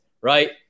right